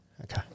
Okay